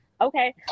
okay